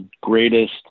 greatest